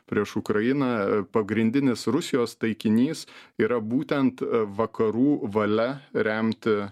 prieš ukrainą pagrindinis rusijos taikinys yra būtent vakarų valia remti